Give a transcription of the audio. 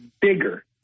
bigger